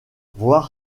voir